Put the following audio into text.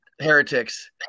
heretics